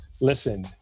listen